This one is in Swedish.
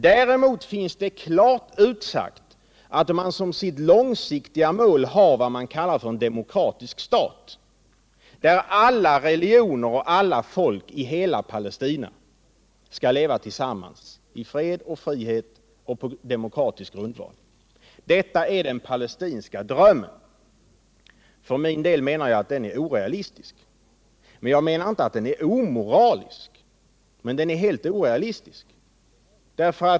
Däremot finns det klart utsagt att man som sitt långsiktiga mål har vad man kallar en demokratisk stat, där alla religioner och alla folk i hela Palestina skall leva tillsammans i fred och frihet och på demokratisk grundval. Detta är den palestinska drömmen. För min del finner jag den inte omoralisk, men jag menar att den är helt orealistisk.